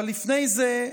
אבל לפני זה,